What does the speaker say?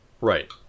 Right